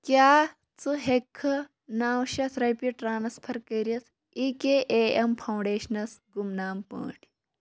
کیٛاہ ژٕ ہیٚکہٕ کھہٕ نَو شَتھ رۄپیہِ ٹرٛانسفَر کٔرِتھ ای کے اے اٮ۪م فاوُنٛڈیشنَس گُمنام پٲٹھۍ